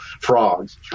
frogs